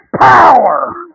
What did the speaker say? Power